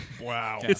Wow